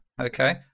Okay